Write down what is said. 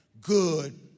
good